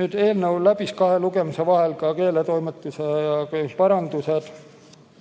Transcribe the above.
Eelnõus tehti kahe lugemise vahel keeletoimetaja parandused.